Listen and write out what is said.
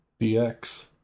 DX